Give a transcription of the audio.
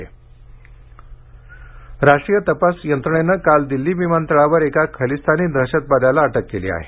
अटक राष्ट्रीय तपास यंत्रणेने काल दिल्ली विमानतळावर एका खलिस्तानी दहशतवाद्याला अटक केली आहे